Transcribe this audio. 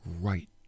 right